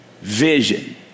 vision